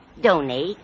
Donate